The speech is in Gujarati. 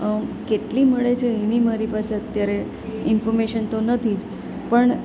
કેટલી મળે છે એની મારી પાસે અત્યારે ઈન્ફોમેશન તો નથી જ પણ